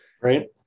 Right